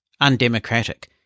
undemocratic